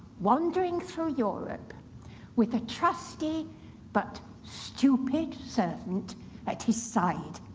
wandering through europe with a trusty but stupid servant at his side.